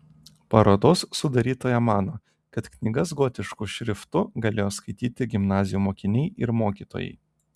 parodos sudarytoja mano kad knygas gotišku šriftu galėjo skaityti gimnazijų mokiniai ir mokytojai